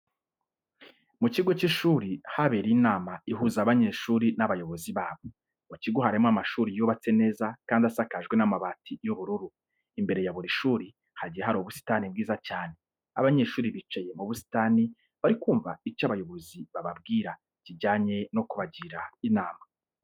Mu kigo cy'ishuri habereye inama ihuza abanyeshuri n'abayobozi babo. Mu kigo harimo amashuri yubatse neza kandi asakajwe n'amabati y'ubururu, imbere ya buri shuri hagiye hari ubusitani bwiza cyane. Abanyeshuri bicaye mu busitani bari kumva icyo abayobozi bababwira kijyanye no kubagira inama.